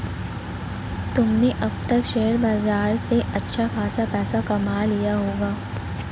तुमने अब तक शेयर बाजार से अच्छा खासा पैसा कमा लिया होगा